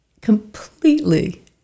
completely